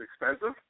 expensive